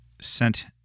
sent